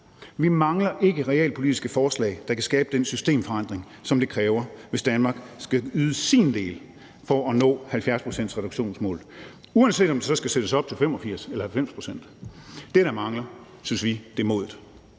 Vi mangler ikke realpolitiske forslag, der kan skabe den systemforandring, som det kræver, hvis Danmark skal yde sin del for at nå 70-procentsreduktionsmålet, uanset om det så skal sættes op til 85 eller 90 pct. Det, der mangler, synes vi er modet.